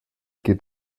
geht